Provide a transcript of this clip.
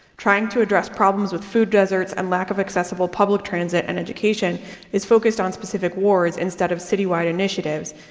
trying to address problems with food deserts and lack of accessible public transit and education is focused on specific wards instead of citywide initiatives.